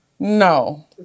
no